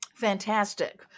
Fantastic